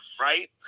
right